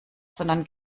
sondern